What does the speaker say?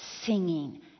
singing